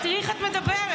תראי איך את מדברת.